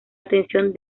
atención